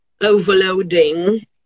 overloading